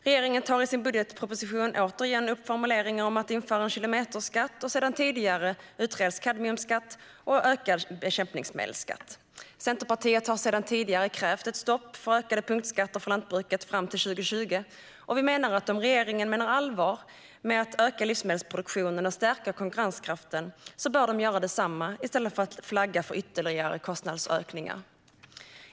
Regeringen tar i sin budgetproposition återigen upp formuleringar om att införa en kilometerskatt, och sedan tidigare utreds kadmiumskatt och ökad bekämpningsmedelsskatt. Centerpartiet har sedan tidigare krävt ett stopp för ökade punktskatter för lantbruket fram till 2020, och vi menar att regeringen om den menar allvar med att öka livsmedelsproduktionen och stärka konkurrenskraften bör göra detsamma i stället för att flagga för ytterligare kostnadsökningar.